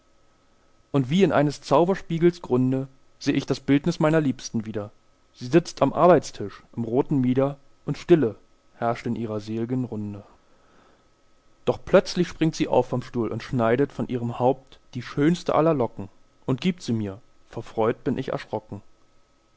und wie in eines zauberspiegels grunde seh ich das bildnis meiner liebsten wieder sie sitzt am arbeitstisch im roten mieder und stille herrscht in ihrer selgen runde doch plötzlich springt sie auf vom stuhl und schneidet von ihrem haupt die schönste aller locken und gibt sie mir vor freud bin ich erschrocken